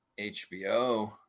HBO